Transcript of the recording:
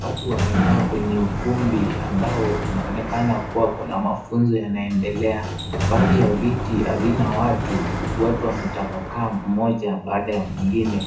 Watu wamekaa kwenye ukumbi ambayo kunaonekana kuwa kuna mafunzo yanaendelea. Baadhi ya viti havina watu, watu wametapakaa mmoja baada ya mwingine.